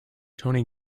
tony